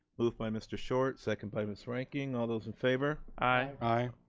moved by mr. short, second by ms. reinking. all those in favor. aye.